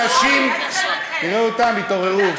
אנשים, תראה אותם, התעוררו.